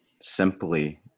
simply